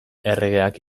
erregeak